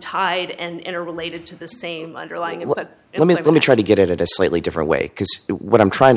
tied and are related to the same underlying what let me let me try to get at a slightly different way because what i'm trying